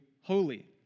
holy